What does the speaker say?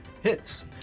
hits